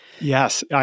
Yes